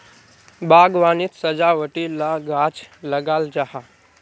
बाग्वानित सजावटी ला गाछ लगाल जाहा